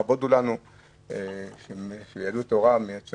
כשעוד לא חלמתי להגיע